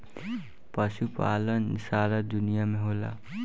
पशुपालन सारा दुनिया में होला